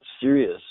serious